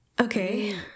Okay